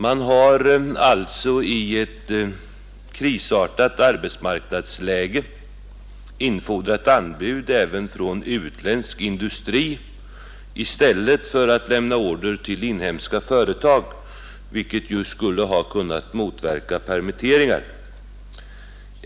Man har alltså i ett krisartat arbetsmarknadsläge infordrat anbud även från utländsk industri i stället för att lämna order till inhemska företag, vilket ju skulle ha kunnat motverka permitteringar.